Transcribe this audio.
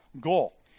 goal